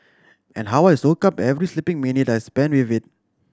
and how I soak up every sleeping minute I spend with it